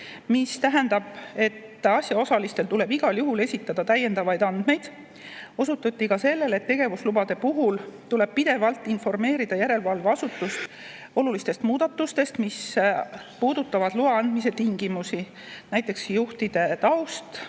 See tähendab, et asjaosalistel tuleb igal juhul esitada täiendavaid andmeid. Osutati ka sellele, et tegevuslubade puhul tuleb pidevalt informeerida järelevalveasutust olulistest muudatustest, mis puudutavad loa andmise tingimusi, näiteks juhtide taust